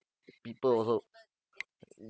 people also